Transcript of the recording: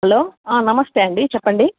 hello నమస్తే అండి చెప్పండీ